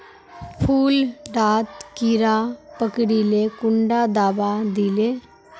फुल डात कीड़ा पकरिले कुंडा दाबा दीले?